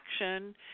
action